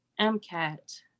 MCAT